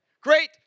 great